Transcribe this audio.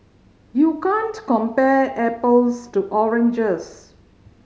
you can't compare apples to oranges